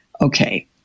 Okay